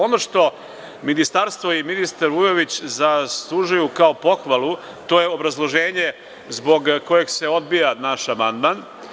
Ono što Ministarstvo i ministar Vujović zaslužuju kao pohvalu, to je obrazloženje zbog kojeg se odbija naš amandman.